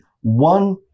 one